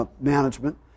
management